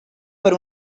per